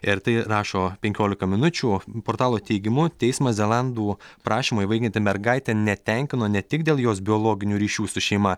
ir tai rašo penkiolika minučių portalo teigimu teismas zelandų prašymą įvaikinti mergaitę netenkino ne tik dėl jos biologinių ryšių su šeima